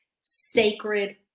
sacred